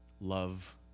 love